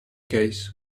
case